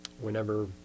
whenever